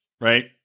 right